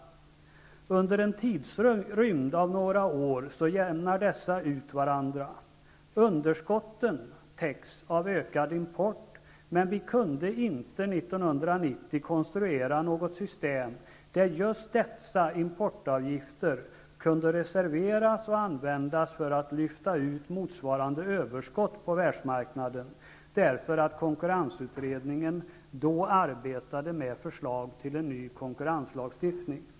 Under en tidsrymd av några år jämnar dessa ut varandra. Underskotten täcks av ökad import. Men vi kunde 1990 inte konstruera något system där just dessa importavgifter kunde reserveras och användas för att lyfta ut motsvarande överskott på världsmarknaden. Det berodde på att konkurrensutredningen då arbetade med förslag till en ny konkurrenslagstiftning.